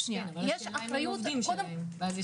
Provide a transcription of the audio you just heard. השאלה אם הם עובדים שלהם.